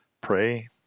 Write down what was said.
pray